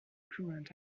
current